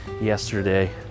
yesterday